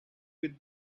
with